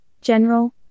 general